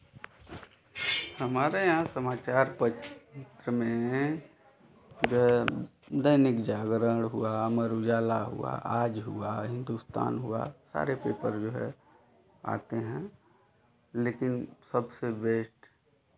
हमारे यहाँ समाचार पत्र में जो है दैनिक जागरण हुआ अमर उजाला हुआ आज हुआ हिन्दुस्तान हुआ सारे पेपर जो है आते हैं लेकिन सबसे बेस्ट